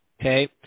Okay